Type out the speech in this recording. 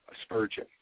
Spurgeon